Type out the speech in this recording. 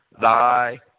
thy